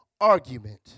argument